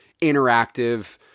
interactive